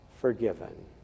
forgiven